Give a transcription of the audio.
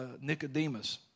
Nicodemus